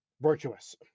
virtuous